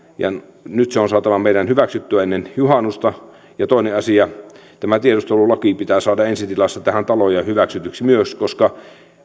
ja nyt se on saatava meidän hyväksyttyä ennen juhannusta tämä tiedustelulaki pitää saada ensi tilassa tähän taloon ja hyväksytyksi myös koska